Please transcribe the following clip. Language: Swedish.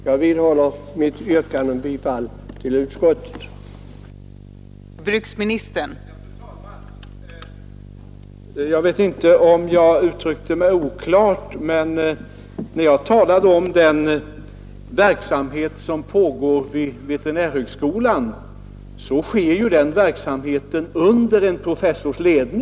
Jag vidhåller mitt yrkande om bifall till utskottets hemställan.